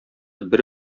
бер